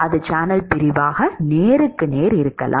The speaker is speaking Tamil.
அது சேனல் பிரிவாக நேருக்கு நேர் இருக்கலாம்